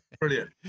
Brilliant